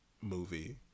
movie